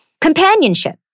Companionship